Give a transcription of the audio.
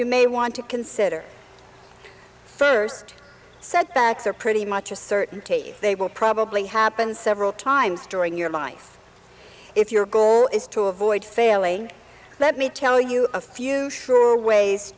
you may want to consider first setbacks are pretty much a certainty they will probably happen several times during your life if your goal is to avoid failing let me tell you a few sure ways